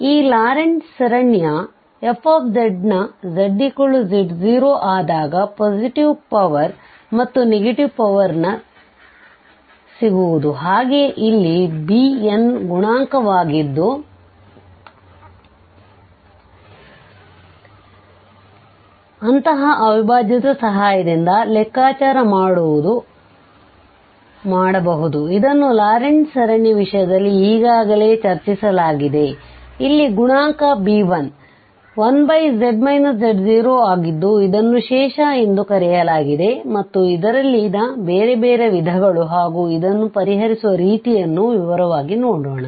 ಈ ಲಾರೆಂಟ್ ಸರಣಿಯ f ನ zz0ಆದಾಗ ಪೋಸಿಟಿವ್ ಪವರ್ ಮತ್ತು ನೆಗೆಟಿವ್ ಪವರ್ ಪದ ಸಿಗುವುದು ಹಾಗೆ ಇಲ್ಲಿbnಗುಣಾಂಕವಾಗಿದ್ದು ಅಂತಹ ಅವಿಬಾಜ್ಯ ದ ಸಹಾಯದಿಂದ ಲೆಕ್ಕಾಚಾರ ಮಾಡಬಹುದು ಇದನ್ನು ಲಾರೆಂಟ್ ಸರಣಿಯ ವಿಷಯದಲ್ಲಿ ಈಗಾಗಲೇ ಚರ್ಚಿಸಲಾಗಿದೆ ಇಲ್ಲಿ ಗುಣಾಂಕb1 1z z0 ಆಗಿದ್ದು ಇದನ್ನು ಶೇಷ ಎಂದು ಕರೆಯಲಾಗಿದೆ ಮತ್ತು ಇದರಲ್ಲಿನ ಬೇರೆ ಬೇರೆ ವಿಧಗಳು ಹಾಗೂ ಇದನ್ನು ಪರಿಹರಿಸುವ ರೀತಿಯನ್ನು ವಿವರವಾಗಿ ನೋಡೋಣ